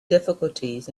difficulties